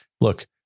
Look